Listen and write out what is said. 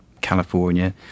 California